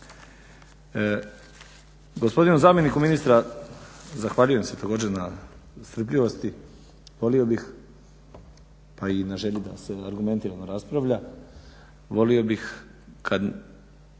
Gospodinu zamjeniku ministra zahvaljujem se također na strpljivosti. Volio bih pa i na želju da se argumentirano raspravlja, volio bih kad